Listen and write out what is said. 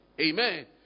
Amen